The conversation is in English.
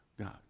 God